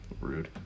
Rude